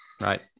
Right